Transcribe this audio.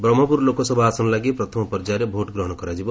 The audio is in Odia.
ବ୍ରହ୍କପୁର ଲୋକସଭା ଆସନ ଲାଗି ପ୍ରଥମ ପର୍ଯ୍ୟାୟରେ ଭୋଟ୍ଗ୍ରହଶ କରାଯିବ